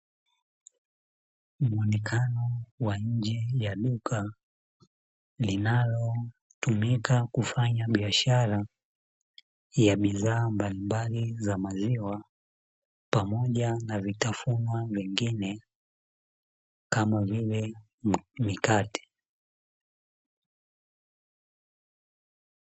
Muonekano wa nje ya duka linalotumika kufanya biashara ya bidhaa mbalimbali za maziwa, pamoja na vitafunwa vingine kama vile mikate.